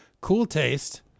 cool-taste